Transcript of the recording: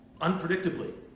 unpredictably